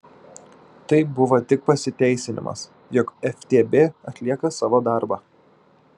tai buvo tik pasiteisinimas jog ftb atlieka savo darbą